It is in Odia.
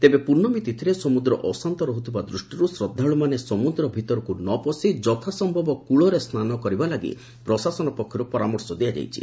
ତେବେ ପୂର୍ଶମି ତିଥିରେ ସମୁଦ୍ର ଅଶାନ୍ତ ରହୁଥିବା ଦୂଷ୍ଟିରୁ ଶ୍ରଦ୍ବାଳୁମାନେ ସମୁଦ୍ର ଭିତରକୁ ନ ପସି ଯଥାସ୍ୟବ କୂଳରେ ସ୍ନାନ କରିବା ଲାଗି ପ୍ରଶାସନ ପକ୍ଷରୁ ପରାମର୍ଶ ଦିଆଯାଇଛି